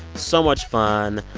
so much fun.